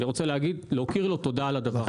אני רוצה להוקיר לו תודה על הדבר.